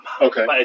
Okay